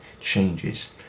changes